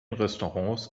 restaurants